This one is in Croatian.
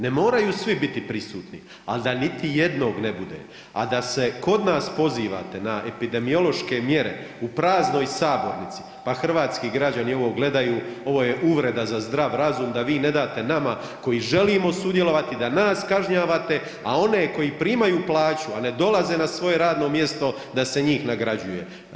Ne moraju svi biti prisutni, al da niti jednog ne bude, a da se kod nas pozivate na epidemiološke mjere u praznoj sabornici, pa hrvatski građani ovo gledaju, ovo je uvreda za zdrav razum da vi ne date nama koji želimo sudjelovati da nas kažnjavate, a one koji primaju plaću, a ne dolaze na svoje radno mjesto da se njih nagrađuje.